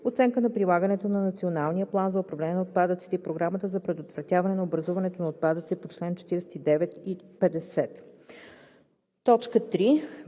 оценка на прилагането на Националния план за управление на отпадъците и програмата за предотвратяване на образуването на отпадъци по чл. 49 и 50;